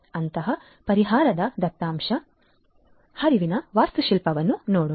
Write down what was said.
ಅಂತಹ ಪರಿಹಾರದ ದತ್ತಾಂಶ ಹರಿವಿನ ವಾಸ್ತುಶಿಲ್ಪವನ್ನು ನೋಡೋಣ